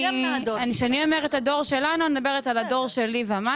כשאני אומרת הדור שלנו אני מדברת על הדור שלי ומטה.